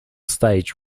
stage